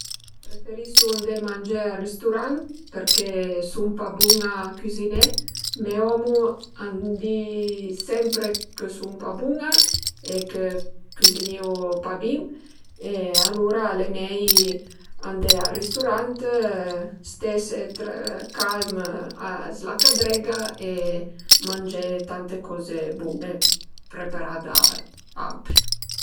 Preferisu andé mangé al risturant perché sun pa bun-a a cüziné, me omu a m'di sempre chë sun pa bun-a e chë cüzinìu pa bin e alura al e mei andé al risturant, stese calm s'la cadrega e mangé tante coze bun-e preparà da autri